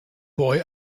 boy